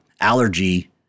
allergy